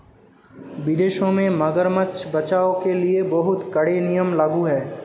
विदेशों में मगरमच्छ बचाओ के लिए बहुत कड़े नियम लागू हैं